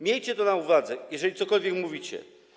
Miejcie to na uwadze, jeżeli cokolwiek mówicie.